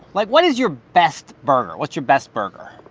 like, what is your best burger? what's your best burger?